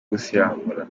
gusiramura